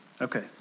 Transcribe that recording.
okay